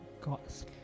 God's